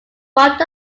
front